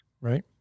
Right